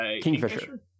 kingfisher